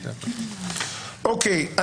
אוקיי.